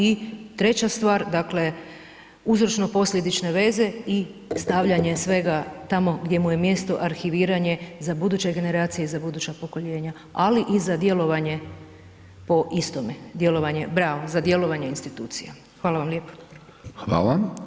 I treća stvar, dakle uzročno posljedične veze i stavljanje svega tamo gdje mu je mjesto, arhiviranje za buduće generacije i za buduća pokoljenja ali i za djelovanje po istome, djelovanje, bravo, za djelovanje institucija.